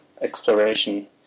exploration